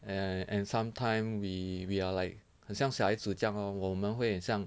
and and sometime we we are like 很像小孩子这样 orh 我们会很像